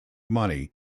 money